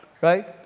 right